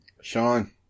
Sean